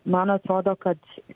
man atrodo kad